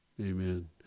Amen